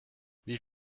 wie